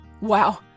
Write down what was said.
Wow